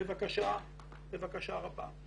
בבקשה רבה.